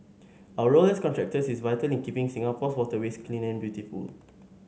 our role as contractors is vital in keeping Singapore's waterways clean and beautiful